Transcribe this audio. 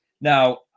Now